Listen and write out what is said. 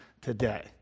today